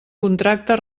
contracte